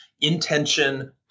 intention